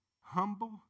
humble